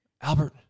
Albert